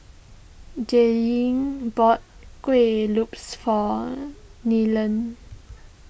Jadyn bought Kuih Lopes for Nellie